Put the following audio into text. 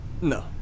No